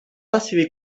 decidir